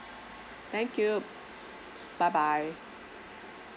thank you bye bye